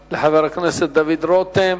תודה לחבר הכנסת דוד רותם.